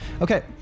Okay